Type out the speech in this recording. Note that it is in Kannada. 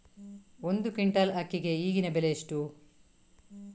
ಒಂದು ಕ್ವಿಂಟಾಲ್ ಅಕ್ಕಿಗೆ ಈಗಿನ ಬೆಲೆ ಎಷ್ಟು?